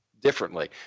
differently